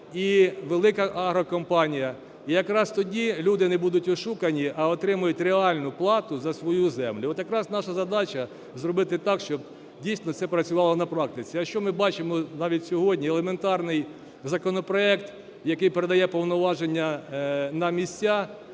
і велика агрокомпанія. Якраз тоді люди не будуть ошукані, а отримають реальну плату за свою землю. От якраз наша задача – зробити так, щоб дійсно це працювало на практиці. А що ми бачимо навіть сьогодні: елементарний законопроект, який передає повноваження на місця